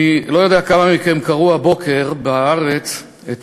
אני לא יודע כמה מכם קראו הבוקר ב"הארץ" את